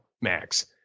Max